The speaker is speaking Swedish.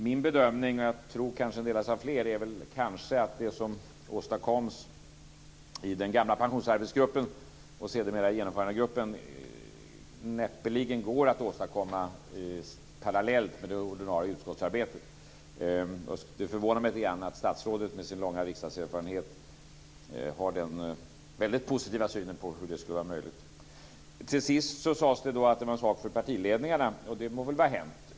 Min bedömning - den kanske delas av fler - att det som åstadkoms i den gamla pensionsarbetsgruppen och sedermera genomförandegruppen näppeligen går att åstadkomma parallellt med det ordinarie utskottsarbetet. Det förvånar mig lite grann att statsrådet med sin långa riksdagserfarenhet har den väldigt positiva synen på att det skulle vara möjligt. Till sist sades det att det här var en sak för partiledningarna. Det må vara hänt.